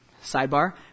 sidebar